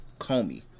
Comey